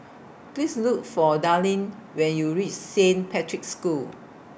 Please Look For Darlyne when YOU REACH Saint Patrick's School